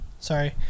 Sorry